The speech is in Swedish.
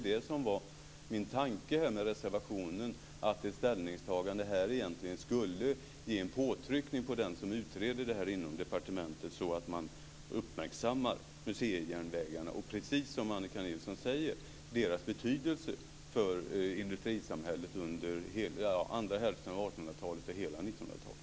Det som var min tanke med reservationen var att ett ställningstagande här i riksdagen skulle ge en påtryckning på den som utredde detta inom departementet så att man uppmärksammade museijärnvägarna och, precis som Annika Nilsson säger, deras betydelse för industrisamhället under andra hälften av 1800-talet och hela 1900-talet.